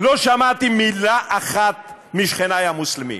לא שמעתי מילה אחת משכני המוסלמים.